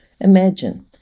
Imagine